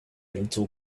little